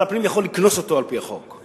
שר הפנים יכול לקנוס אותו, על-פי החוק.